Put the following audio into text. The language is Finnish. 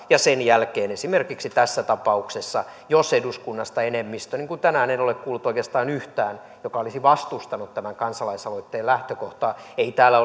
ja sen jälkeen esimerkiksi tässä tapauksessa jos eduskunnasta enemmistö kannattaa niin kuin tänään en ole kuullut oikeastaan yhtään joka olisi vastustanut tämän kansalaisaloitteen lähtökohtaa ei täällä